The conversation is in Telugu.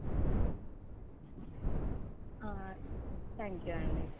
థ్యాంక్ యూ అండి